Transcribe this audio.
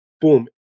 boom